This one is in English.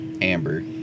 Amber